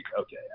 okay